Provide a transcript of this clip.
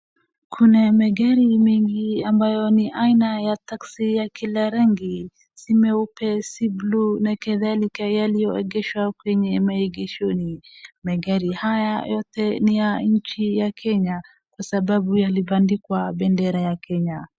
Kuna magari mengi ambayo ni aina ya taxi ya kila rangi si meupe si bluu na kadhalika yaliyo egeshwa kwenye maegeshoni. Magari haya yote ni ya nchi ya Kenya kwa sababu yalibadikwa bendera ya Kenya.